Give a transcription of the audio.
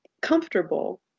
comfortable